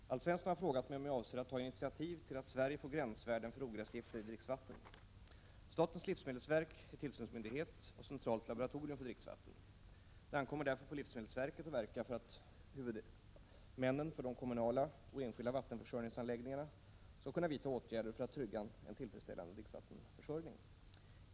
Herr talman! Alf Svensson har frågat mig om jag avser att ta initiativ till att Sverige får gränsvärden för ogräsgifter i dricksvatten. Statens livsmedelsverk är tillsynsmyndighet och centralt laboratorium för dricksvatten. Det ankommer därför på livsmedelsverket att verka för att huvudmännen för de kommunala och enskilda vattenförsörjningsanläggningarna skall kunna vidta åtgärder för att trygga en tillfredsställande dricksvattenförsörjning.